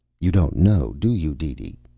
you don't know, do you, deedee?